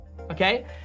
Okay